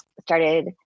Started